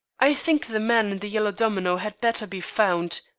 i think the man in the yellow domino had better be found,